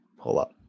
pull-up